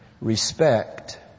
respect